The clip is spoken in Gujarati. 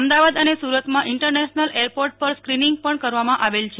અમદાવાદ અને સુરતમાં ઇન્ટરનેશનલ એરપોર્ટ પર સ્કેનીંગ પણ કરવામાં આવેલ છે